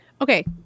Okay